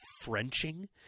frenching